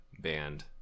band